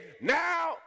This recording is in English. now